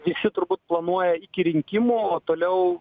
visi turbūt planuoja iki rinkimų o toliau